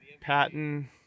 Patton